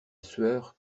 sueur